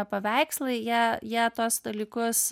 paveikslai jie jie tuos dalykus